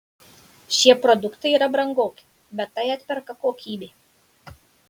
šie produktai yra brangoki bet tai atperka kokybė